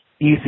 easy